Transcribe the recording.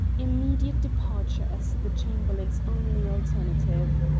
immediate departure as the chamberlain's only alternative.